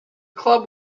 club